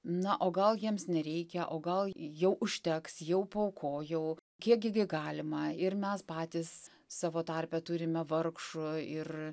na o gal jiems nereikia o gal jau užteks jau paaukojau kiekgi galima ir mes patys savo tarpe turime vargšų ir